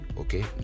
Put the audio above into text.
okay